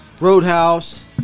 Roadhouse